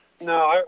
no